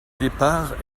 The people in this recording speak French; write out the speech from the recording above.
départ